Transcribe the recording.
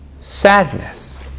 sadness